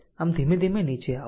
આમ ધીમે ધીમે નીચે આવો